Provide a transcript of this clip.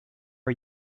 are